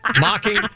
Mocking